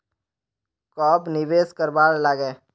कब निवेश करवार लागे?